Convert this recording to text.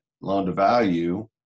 loan-to-value